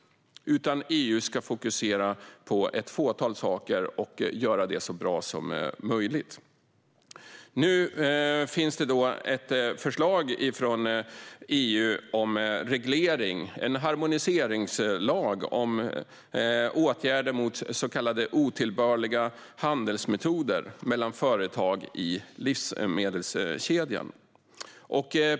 EU ska fokusera på ett fåtal saker och göra det så bra som möjligt. Nu finns ett förslag från EU om reglering - en harmoniseringslag om åtgärder mot så kallade otillbörliga handelsmetoder mellan företag i livsmedelskedjan.